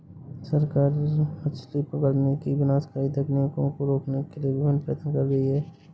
सरकार मछली पकड़ने की विनाशकारी तकनीकों को रोकने के लिए विभिन्न प्रयत्न कर रही है